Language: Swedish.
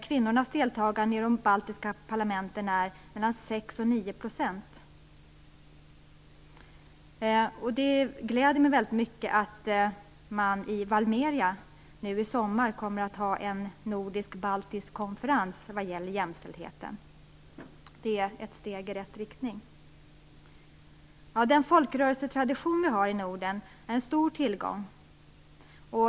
Kvinnornas deltagande i de parlamenten är mellan 6 och 9 %. Det gläder mig väldigt mycket att man i Valmiera nu i sommar kommer att hålla en nordisk-baltisk konferens om jämställdhet. Detta är ett steg i rätt riktning. Folkrörelsetraditionen i Norden är en stor tillgång.